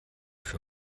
für